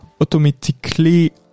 automatically